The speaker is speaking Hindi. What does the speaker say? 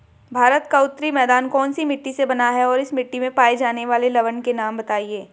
भारत का उत्तरी मैदान कौनसी मिट्टी से बना है और इस मिट्टी में पाए जाने वाले लवण के नाम बताइए?